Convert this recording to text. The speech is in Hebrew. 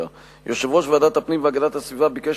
יושב-ראש ועדת הפנים והגנת הסביבה ביקש